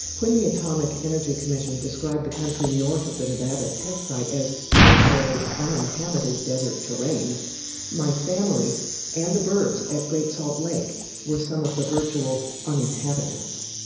when the atomic energy commission described the country north of the nevada test site as virtually uninhabited desert terrain my family and the birds at great salt lake were some of the virtual uninhabitants